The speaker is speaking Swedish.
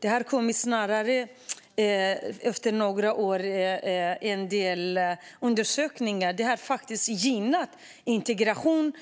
Det har snarare efter några år kommit en del undersökningar som visar att det har gynnat integrationen